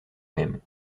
même